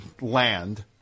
land